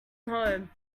home